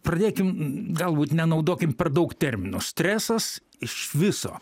pradėkim galbūt nenaudokim per daug terminų stresas iš viso